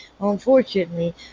Unfortunately